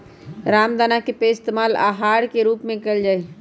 रामदाना के पइस्तेमाल आहार के रूप में कइल जाहई